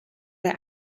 der